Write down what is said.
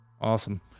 Awesome